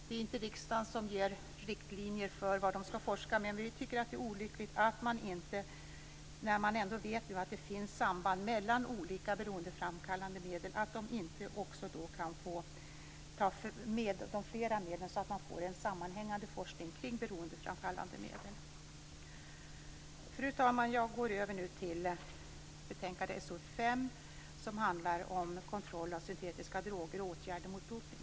Det är inte riksdagen som ger riktlinjer för vad institutet skall forska om, men vi tycker att det är olyckligt att man inte får forska om flera medel - eftersom vi vet att det finns samband mellan olika beroendeframkallande medel - så att det blir en sammanhängande forskning kring beroendeframkallande medel. Fru talman! Jag går nu över till betänkande SoU5, som behandlar kontroll av syntetiska droger och åtgärder mot dopning.